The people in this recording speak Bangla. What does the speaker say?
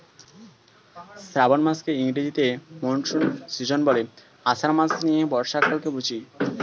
শ্রাবন মাসকে ইংরেজিতে মনসুন সীজন বলে, আষাঢ় মাস নিয়ে বর্ষাকালকে বুঝি